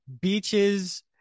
Beaches